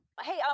Hey